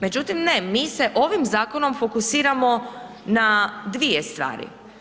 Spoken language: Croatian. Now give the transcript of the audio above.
Međutim ne, mi se ovim zakonom fokusiramo na dvije stvari.